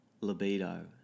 libido